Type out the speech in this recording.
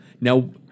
Now